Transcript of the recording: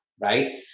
right